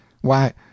Why